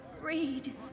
read